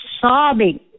sobbing